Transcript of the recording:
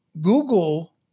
Google